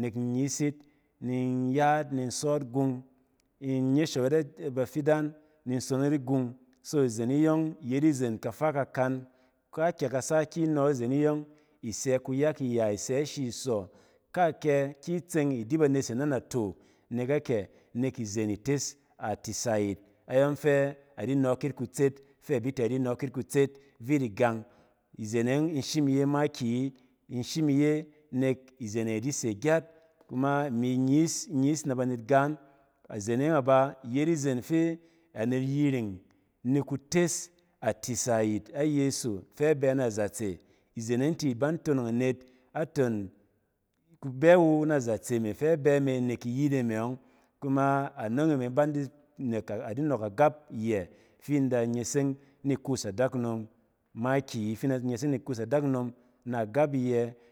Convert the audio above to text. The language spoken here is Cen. nek in nyɔ yit, nin ya yit ni in sɔ yit, ni nye shon yit bafidang ni tses yit gung so izen iyɔng yet izen kafa kakan, kaakye kasa kin, nɔ nizen e yɔng, i se kayak iya, i se ikyɛng i sɔ, kaakyɛ ki itseng i di banet ba se ne nato mok akyɛ, nek izen ites atisa yit ayɔng fɛ a ki nɔk yit kutset fɛ a da ti a ki nɔk yit kutset vit igang, izen e yɔng in shim iye makiyi, in shin iye nek izenen di se gyat inyis ne banet gam, iyet izen fɛ anet yiring ni kutes atisa yit ayeso fɛ a be a zatse, izen e yɔng ti banug tonong anet aton kuba wu na zatse fɛ a be nek iyire me yɔng, kuna anɔng e me dang, kunom makiiyi, fi in da nyeseng in ikuus adakunom ne agab iye